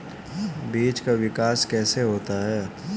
बीज का विकास कैसे होता है?